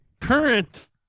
current